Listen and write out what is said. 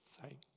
thank